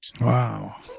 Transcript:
Wow